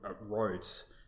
wrote